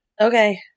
Okay